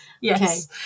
Yes